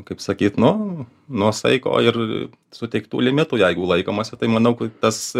kaip sakyt nu nuo saiko ir suteiktų limitų jeigu laikomasi tai manau ku tas